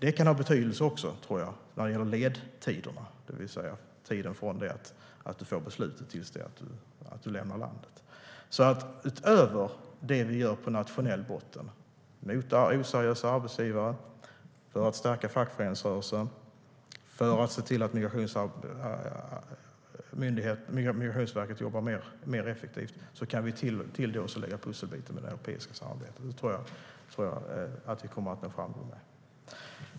Det kan också ha betydelse för ledtiderna, det vill säga tiden från beslut till dess att man lämnar landet. Utöver det som vi gör på nationell nivå mot oseriösa arbetsgivare, för att stärka fackföreningsrörelsen, för att se till att Migrationsverket jobbar mer effektivt kan vi lägga till pusselbiten med det europeiska samarbetet. Det tror jag att vi kommer att ha framgång med.